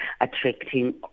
attracting